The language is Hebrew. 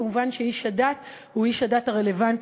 כמובן, איש הדת הוא איש הדת הרלוונטי